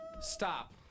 Stop